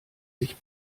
sich